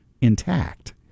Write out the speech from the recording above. Intact